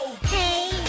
Hey